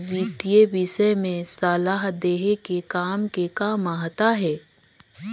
वितीय विषय में सलाह देहे के काम के का महत्ता हे?